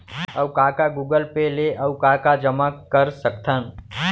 अऊ का का गूगल पे ले अऊ का का जामा कर सकथन?